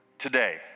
Today